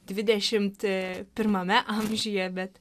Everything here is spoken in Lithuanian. dvidešimt pirmame amžiuje bet